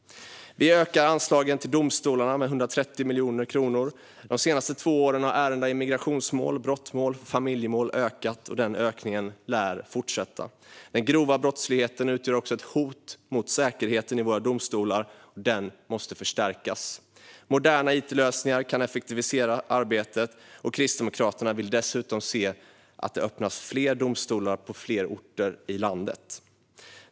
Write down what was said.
Vi ökar anslagen till domstolarna med 130 miljoner kronor. De senaste två åren har ärenden i migrationsmål, brottmål och familjemål ökat. Den ökningen lär fortsätta. Den grova brottsligheten utgör ett hot mot säkerheten i våra domstolar, och säkerheten måste förstärkas. Moderna it-lösningar kan effektivisera arbetet, och Kristdemokraterna vill dessutom se att det öppnas domstolar på fler orter i landet.